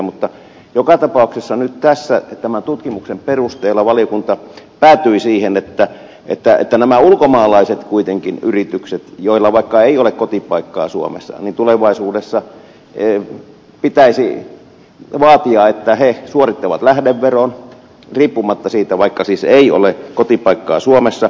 mutta joka tapauksessa tämän tutkimuksen perusteella valiokunta päätyi nyt siihen että näiltä ulkomaalaisilta yrityksiltä kuitenkin vaikka niillä ei ole kotipaikkaa suomessa tulevaisuudessa pitäisi vaatia että ne suorittavat lähdeveron riippumatta siitä että niillä ei siis ole kotipaikkaa suomessa